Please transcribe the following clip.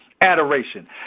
Adoration